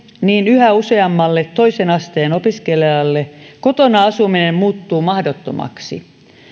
niin yhä useammalle toisen asteen opiskelijalle kotona asuminen muuttuu mahdottomaksi